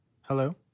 Hello